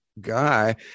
guy